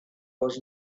was